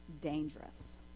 dangerous